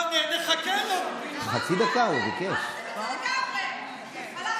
הוא הלך לשירותים, תירגע, מה יש לך, את זה לגמרי.